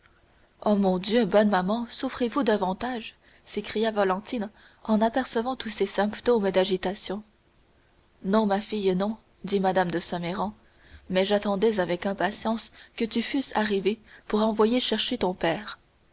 oh mon dieu bonne maman souffrez-vous davantage s'écria valentine en apercevant tous ces symptômes d'agitation non ma fille non dit mme de saint méran mais j'attendais avec impatience que tu fusses arrivée pour envoyer chercher ton père